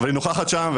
אבל היא נוכחת שם.